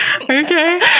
Okay